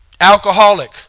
Alcoholic